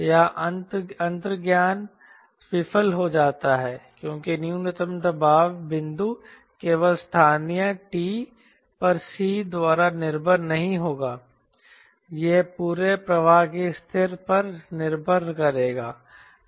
यहां अंतर्ज्ञान विफल हो जाता है क्योंकि न्यूनतम दबाव बिंदु केवल स्थानीय t पर c द्वारा निर्भर नहीं होगा यह पूरे प्रवाह की स्थिति पर निर्भर करेगा